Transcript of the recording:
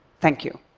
thank you.